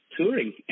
touring